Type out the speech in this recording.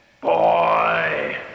Boy